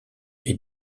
est